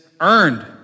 Earned